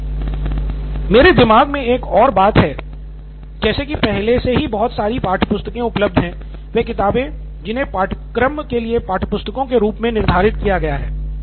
professor professor मेरे दिमाग मे एक बात और है जैसे कि पहले से ही बहुत सारी पाठ्यपुस्तकें उपलब्ध हैं वे किताबें जिन्हें पाठ्यक्रम के लिए पाठ्यपुस्तकों के रूप में निर्धारित किया गया है